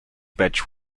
badge